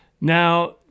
Now